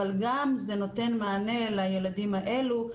אבל גם זה נותן מענה לילדים האלו.